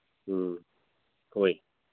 ꯎꯝ ꯍꯣꯏ